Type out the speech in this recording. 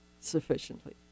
sufficiently